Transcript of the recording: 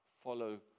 follow